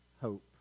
hope